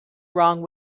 wrong